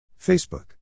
Facebook